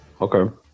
Okay